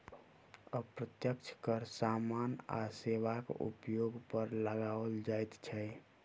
अप्रत्यक्ष कर सामान आ सेवाक उपयोग पर लगाओल जाइत छै